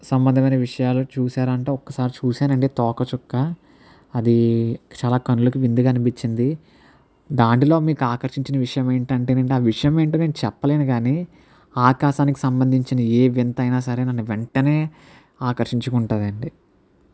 సంబంధమైన విషయాలు చూసారా అంటే ఒక్కసారి చూసాను అండి తోక చుక్క అది చాలా కనులకు విందుగా అనిపించింది దానిలో మీకు ఆకర్షించిన విషయము ఏంటి అంటే అండి ఆ విషయము ఏంటో నేను చెప్పలేను కానీ ఆకాశానికి సంబంధించిన ఏ వింతైనా సరే నన్ను వెంటనే ఆకర్షించుకుంటుంది అండి